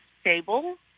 stable